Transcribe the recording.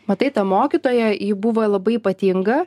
matai ta mokytoja ji buvo labai ypatinga